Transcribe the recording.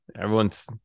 Everyone's